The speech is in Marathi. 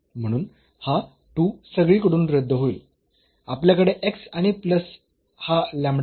म्हणून हा सगळीकडून रद्द होईल आपल्याकडे आणि प्लस हा आहे